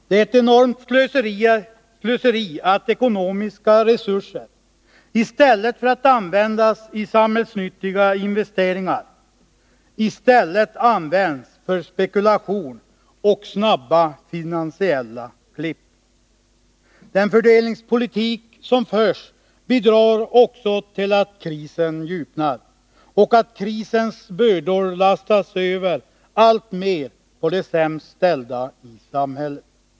Det är ett enormt slöseri att ekonomiska resurser, i stället för att användas i samhällsnyttiga investeringar, används för spekulation och snabba finansiella klipp. Den fördelningspolitik som förs bidrar också till att krisen djupnar och att krisens bördor alltmer lastas över på de sämst ställda i samhället.